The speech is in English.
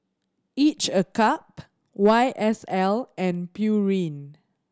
Each a Cup Y S L and Pureen